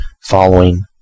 following